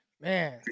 Man